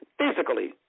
physically